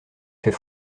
fait